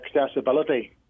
accessibility